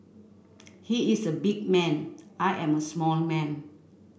he is a big man I am a small man